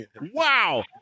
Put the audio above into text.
Wow